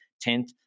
tenth